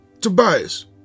Tobias